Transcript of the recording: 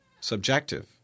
subjective